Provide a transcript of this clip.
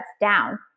down